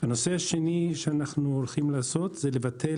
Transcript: הנושא השני שאנחנו הולכים לעשות זה לבטל